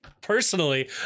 Personally